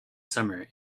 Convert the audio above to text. summer